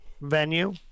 venue